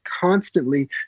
constantly